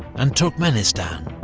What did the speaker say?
and turkmenistan.